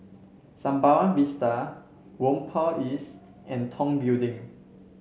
Sembawang Vista Whampoa East and Tong Building